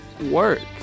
work